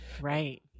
Right